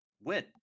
win